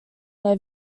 their